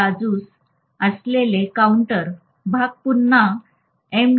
बाजूस असलेले काउंटर भाग पुन्हा एम